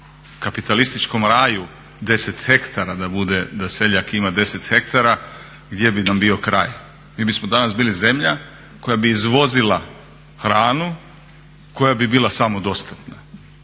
kapitalističkom raju 10 hektara da seljak ima 10 hektara gdje bi nam danas bio kraj. Mi bismo danas bili zemlja koja bi izvozila hranu, koja bi bila samodostatna.